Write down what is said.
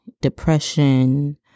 depression